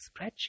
spreadsheet